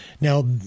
Now